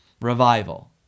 revival